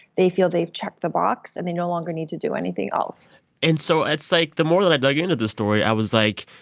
they feel they've checked the box, and they no longer need to do anything else and so it's like the more that i dug into this story, i was like,